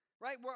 Right